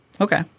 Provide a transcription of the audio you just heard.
Okay